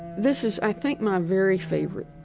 this is, i think, my very favorite,